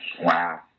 Wow